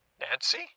Nancy